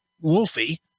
Wolfie